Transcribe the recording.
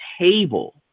table